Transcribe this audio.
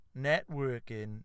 Networking